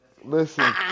Listen